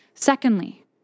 Secondly